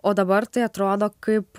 o dabar tai atrodo kaip